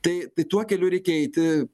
tai tai tuo keliu reikia eiti